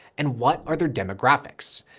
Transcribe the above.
and what are their demographics?